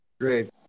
Great